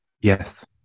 Yes